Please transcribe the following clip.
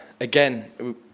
again